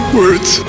words